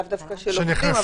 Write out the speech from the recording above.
לאו דווקא של עובדים,